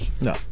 No